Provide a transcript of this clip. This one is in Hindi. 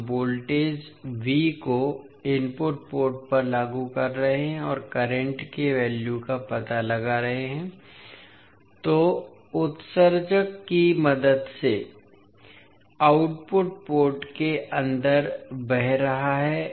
हम वोल्टेज को इनपुट पोर्ट पर लागू कर रहे हैं और करंट के वैल्यू का पता लगा रहे हैं जो उत्सर्जक की मदद से आउटपुट पोर्ट के अंदर बह रहा है